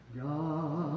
God